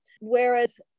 whereas